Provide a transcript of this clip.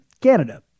Canada